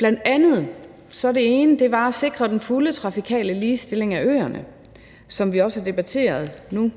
Det handler bl.a. om at sikre den fulde trafikale ligestilling af øerne, som vi også har debatteret nu;